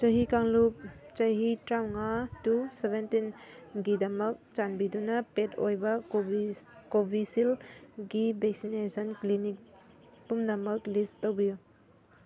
ꯆꯍꯤ ꯀꯥꯡꯂꯨꯞ ꯆꯍꯤ ꯇ꯭ꯔꯥꯡꯉꯥ ꯇꯨ ꯁꯕꯦꯟꯇꯤꯟꯒꯤꯗꯃꯛ ꯆꯥꯟꯕꯤꯗꯨꯅ ꯄꯦꯠ ꯑꯣꯏꯕ ꯀꯣꯕꯤꯁꯤꯜꯒꯤ ꯚꯦꯛꯁꯤꯅꯦꯁꯟ ꯀ꯭ꯂꯤꯅꯤꯛ ꯄꯨꯝꯅꯃꯛ ꯂꯤꯁ ꯇꯧꯕꯤꯌꯨ